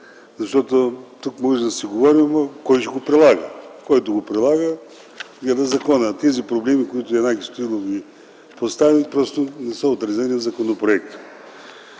четене. Тук може да си говорим, но кой ще го прилага? Който го прилага – гледа закона. Тези проблеми, които Янаки Стоилов постави, просто не са отразени в законопроекта.